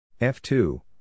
F2